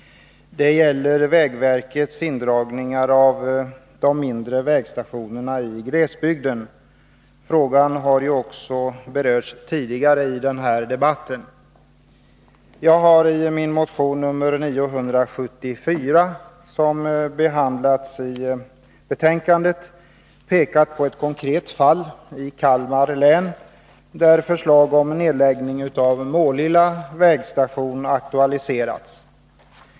Det gäller vägverkets indragningar av de mindre vägstationerna i glesbygden. Frågan har berörts tidigare i den här debatten. Jag har i min motion nr 974, som behandlats i betänkandet, pekat på ett konkret fall i Kalmar län, där förslag om nedläggning av Målilla vägstation aktualiserats.